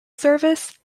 service